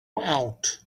out